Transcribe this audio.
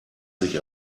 sich